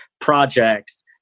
projects